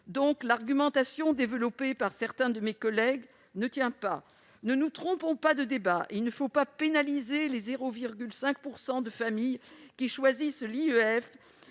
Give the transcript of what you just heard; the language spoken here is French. L'argumentation développée par certains de mes collègues ne tient donc pas. Ne nous trompons pas de débat ! Il ne faut pas pénaliser les 0,5 % de familles qui choisissent l'IEF,